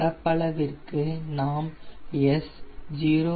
பரப்பளவிற்கு நாம் S 0